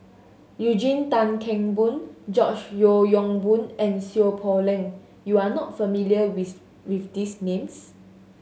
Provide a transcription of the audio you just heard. Eugene Tan Kheng Boon George Yeo Yong Boon and Seow Poh Leng you are not familiar with these names